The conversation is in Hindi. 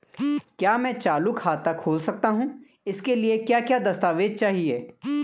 क्या मैं चालू खाता खोल सकता हूँ इसके लिए क्या क्या दस्तावेज़ चाहिए?